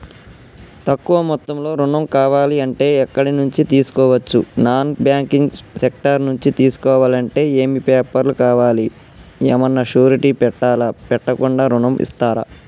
తక్కువ మొత్తంలో ఋణం కావాలి అంటే ఎక్కడి నుంచి తీసుకోవచ్చు? నాన్ బ్యాంకింగ్ సెక్టార్ నుంచి తీసుకోవాలంటే ఏమి పేపర్ లు కావాలి? ఏమన్నా షూరిటీ పెట్టాలా? పెట్టకుండా ఋణం ఇస్తరా?